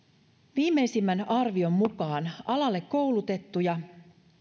viimeisimmän arvion mukaan alalle koulutettuja